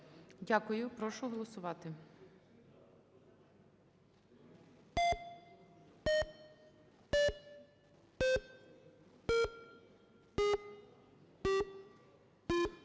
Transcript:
Дякую. Прошу голосувати.